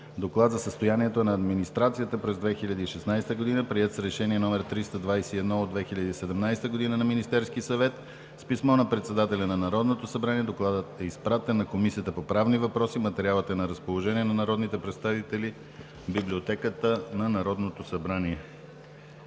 Доклад за състоянието на администрацията през 2016 г., приет с решение № 321 от 2017 г. на Министерския съвет. С писмо на председателя на Народното събрание Докладът е изпратен на Комисията по правни въпроси. Материалът е на разположение на народните представители в Библиотеката на Народното събрание.